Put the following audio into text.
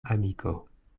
amiko